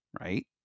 right